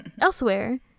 Elsewhere